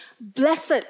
Blessed